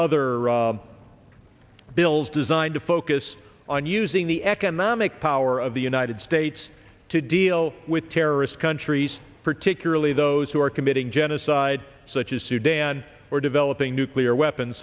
other bills designed to focus on using the economic power of the united states to deal with terrorist countries particularly those who are committing genocide such as sudan or developing nuclear weapons